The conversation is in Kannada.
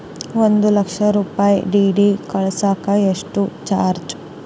ಒಂದು ಲಕ್ಷ ರೂಪಾಯಿ ಡಿ.ಡಿ ಕಳಸಾಕ ಎಷ್ಟು ಚಾರ್ಜ್?